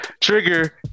Trigger